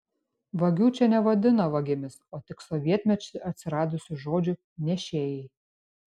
vagių čia nevadino vagimis o tik sovietmečiu atsiradusiu žodžiu nešėjai